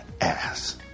ass